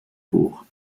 vor